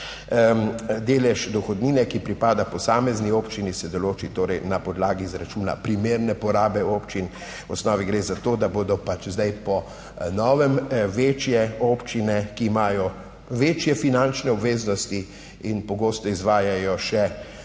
Delež dohodnine, ki pripada posamezni občini se določi torej na podlagi izračuna primerne porabe občin, v osnovi gre za to, da bodo pač zdaj po novem večje občine, ki imajo večje finančne obveznosti in pogosto izvajajo še